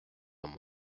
dans